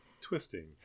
twisting